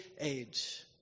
age